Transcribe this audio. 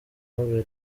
habera